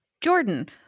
Jordan